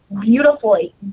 beautifully